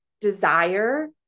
desire